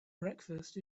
breakfast